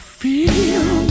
feel